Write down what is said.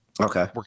Okay